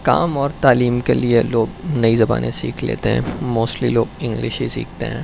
کام اور تعلیم کے لیے لوگ نئی زبانیں سیکھ لیتے ہیں موسٹلی لوگ انگلش ہی سیکھتے ہیں